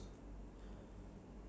so okay this one